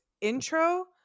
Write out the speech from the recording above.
intro